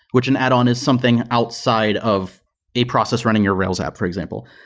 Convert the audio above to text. which an add-on is something outside of a process running your rails app, for example.